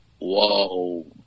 whoa